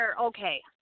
okay